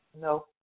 No